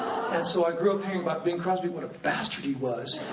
and so i grew up hearing about bing crosby, what a bastard he was,